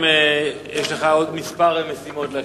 בינתיים, יש לך עוד כמה משימות להשלים,